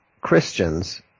Christians